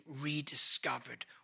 rediscovered